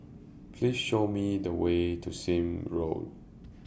Please Show Me The Way to Sime Road